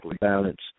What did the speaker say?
balance